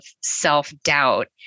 self-doubt